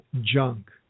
junk